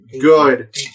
good